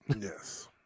Yes